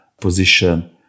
position